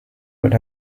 would